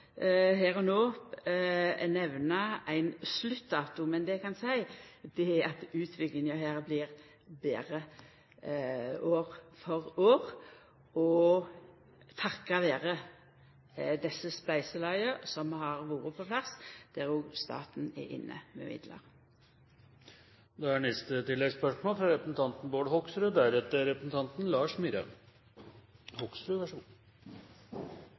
her og no nemna ein sluttdato, men det eg kan seia, er at utviklinga her blir betre år for år, takk vera desse spleiselaga som har vore på plass, der òg staten er inne med midlar. Bård Hoksrud – til oppfølgingsspørsmål. Det er